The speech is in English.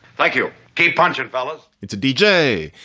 thank you. hey, punch it, fella it's a deejay.